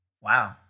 Wow